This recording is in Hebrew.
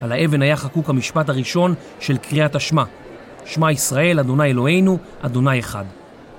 על האבן היה חקוק המשפט הראשון של קריאת השמע. שמע ישראל, אדוניי אלוהינו, אדוניי אחד